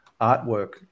artwork